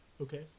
Okay